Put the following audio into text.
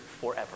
forever